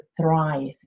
thrive